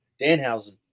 Danhausen